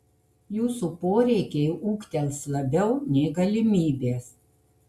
jūsų poreikiai ūgtels labiau nei galimybės